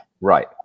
right